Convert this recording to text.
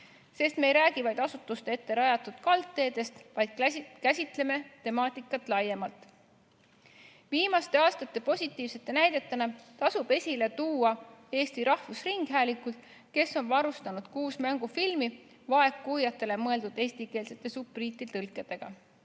Sest me ei räägi vaid asutuste ette rajatud kaldteedest, vaid käsitleme temaatikat laiemalt. Viimaste aastate positiivsete näidetena tasub esile tuua Eesti Rahvusringhäälingut, kes on varustanud kuus mängufilmi vaegkuuljatele mõeldud eestikeelse subtiitertõlkega.